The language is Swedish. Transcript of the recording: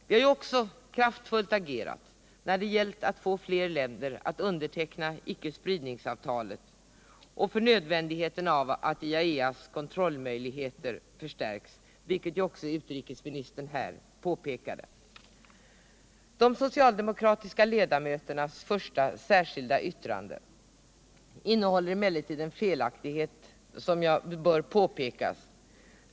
Vi harju också kraftfullt agerat när det gällt att få fler länder att underteckna ickespridningsavtalet och för nödvändigheten av att IAEA':s kontroll möjligheter förstärks, vilket ju också utrikesministern här framhöll. De socialdemokratiska ledamöternas särskilda yttrande nr I innehåller emellertid en felaktighet som bör påpekas.